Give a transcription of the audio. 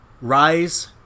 rise